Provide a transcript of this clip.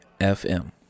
FM